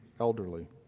elderly